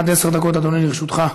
עד עשר דקות, אדוני, לרשותך.